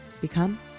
become